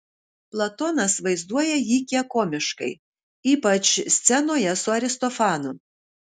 platonas vaizduoja jį kiek komiškai ypač scenoje su aristofanu